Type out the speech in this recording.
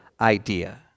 idea